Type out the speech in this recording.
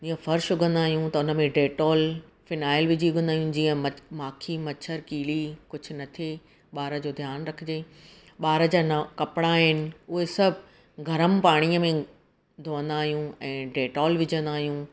जीअं फ़र्शु उघंदा आहियूं त हुन में डेटॉल फ़िनायल विझी उघंदा आहियूं जीअं म माखी मछर कीली कुझु न थिए ॿार जो ध्यानु रखिजे ॿार जा नवां कपिड़ा आहिनि उहे सभु गरमु पाणीअ में धोअंदा आहियूं ऐं डेटॉल विझंदा आहियूं